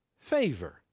favor